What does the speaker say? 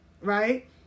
Right